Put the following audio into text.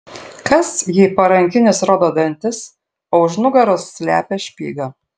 kas jei parankinis rodo dantis o už nugaros slepia špygą